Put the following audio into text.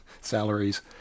salaries